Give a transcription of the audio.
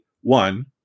one